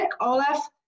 Olaf